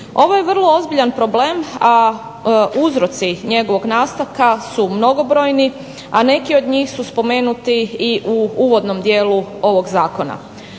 Ovo je vrlo ozbiljan problem, a uzroci njegovog nastanka su mnogobrojni, a neki od njih su spomenuti i u uvodnom dijelu ovog zakona.